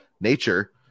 Nature